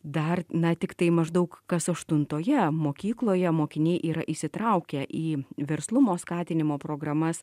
dar na tiktai maždaug kas aštuntoje mokykloje mokiniai yra įsitraukę į verslumo skatinimo programas